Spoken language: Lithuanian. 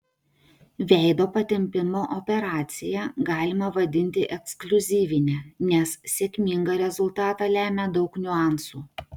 veido patempimo operaciją galima vadinti ekskliuzyvine nes sėkmingą rezultatą lemia daug niuansų